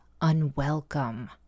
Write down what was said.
unwelcome